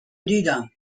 دیدم